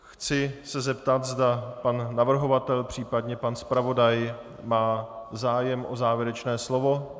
Chci se zeptat, zda pan navrhovatel, případně pan zpravodaj má zájem o závěrečné slovo.